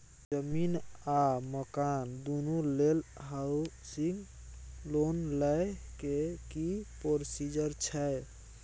जमीन आ मकान दुनू लेल हॉउसिंग लोन लै के की प्रोसीजर छै?